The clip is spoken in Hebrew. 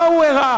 מה הוא הראה